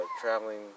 traveling